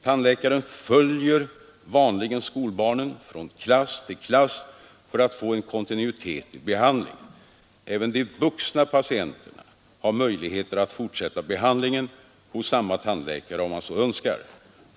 Tandläkaren följer vanligen skolbarnen från klass till klass för att få kontinuitet i behandlingen. Även de vuxna patienterna har möjlighet att fortsätta behandlingen hos samma tandläkare, om de så önskar.